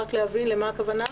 רק להבין למה הכוונה.